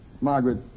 Margaret